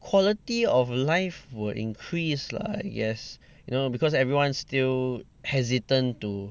quality of life will increase lah I guess you know because everyone still hesitant to